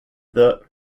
the